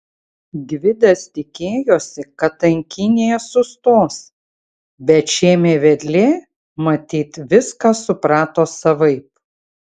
gvidas tikėjosi kad tankynėje sustos bet šėmė vedlė matyt viską suprato savaip